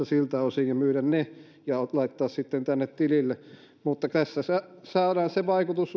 siltä osin ja myydä ne ja laittaa sitten tänne tilille mutta uskon että tässä saadaan vaikutus